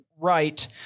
Right